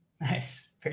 Nice